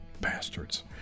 Bastards